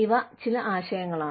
ഇവ ചില ആശയങ്ങളാണ്